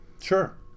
Sure